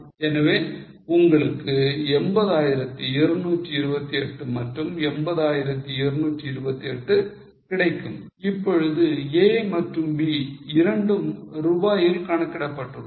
எனவே உங்களுக்கு 80228 மற்றும் 80228 கிடைக்கும் இப்பொழுது A மற்றும் B இரண்டும் ரூபாயில் கணக்கிடப்பட்டுள்ளது